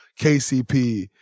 KCP